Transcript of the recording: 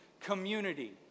community